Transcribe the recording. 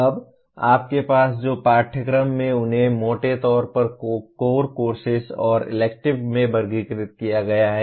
अब आपके पास जो पाठ्यक्रम हैं उन्हें मोटे तौर पर कोर कोर्सेस और इलेक्टिव में वर्गीकृत किया गया है